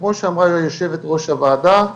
וכמו שאמרה יו"ר הוועדה,